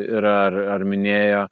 ir ar ar minėjo